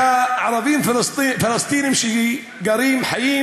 כערבים פלסטינים שגרים, חיים,